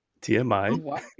TMI